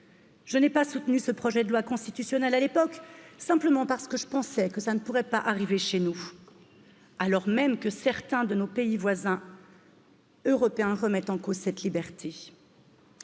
à vos pas soutenu ce projet de loi constitutionnelle à l'époque simplement parce que je pensais que ça ne pourrait pas arriver chez nous alors même que certains de nos pays voisins. Européens remettent en cause cette liberté